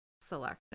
selection